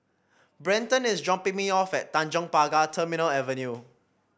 Brenton is dropping me off at Tanjong Pagar Terminal Avenue